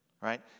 right